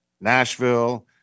Nashville